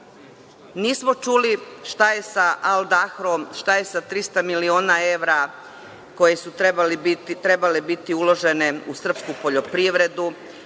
Nismo čuli šta je sa „Al Dahrom“, šta je sa 300 miliona evra koje su trebale biti uložene u srpsku poljoprivredu.